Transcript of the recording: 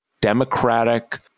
democratic